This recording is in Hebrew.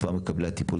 מספר מקבלי הטיפול,